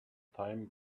time